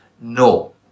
no